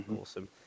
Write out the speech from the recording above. awesome